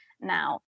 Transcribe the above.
now